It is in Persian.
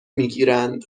میگیرند